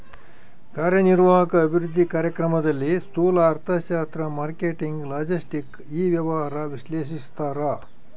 ಕಾರ್ಯನಿರ್ವಾಹಕ ಅಭಿವೃದ್ಧಿ ಕಾರ್ಯಕ್ರಮದಲ್ಲಿ ಸ್ತೂಲ ಅರ್ಥಶಾಸ್ತ್ರ ಮಾರ್ಕೆಟಿಂಗ್ ಲಾಜೆಸ್ಟಿಕ್ ಇ ವ್ಯವಹಾರ ವಿಶ್ಲೇಷಿಸ್ತಾರ